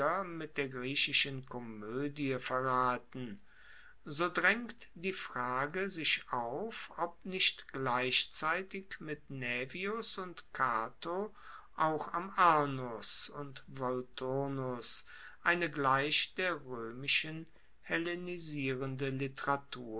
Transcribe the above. mit der griechischen komoedie verraten so draengt die frage sich auf ob nicht gleichzeitig mit naevius und cato auch am arnus und volturnus eine gleich der roemischen hellenisierende literatur